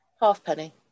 Halfpenny